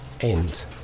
end